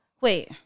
Wait